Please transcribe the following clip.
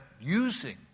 using